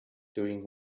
during